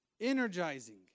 energizing